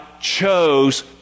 chose